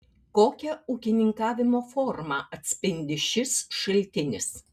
kokią ūkininkavimo formą atspindi šis šaltinis